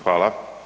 Hvala.